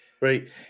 Right